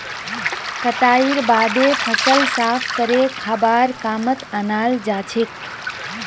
कटाईर बादे फसल साफ करे खाबार कामत अनाल जाछेक